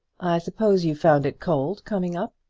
i suppose you found it cold coming up?